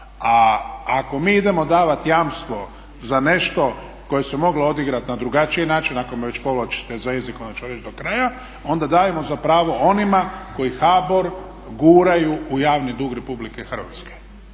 A ako mi idemo davati jamstvo za nešto koje se moglo odigrati na drugačiji način, ako me već povlačite za jezik onda ću vam reći do kraja onda dajemo za pravo onima koji HBOR guraju u javni dug Republike Hrvatske.